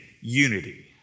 unity